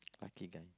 lucky guy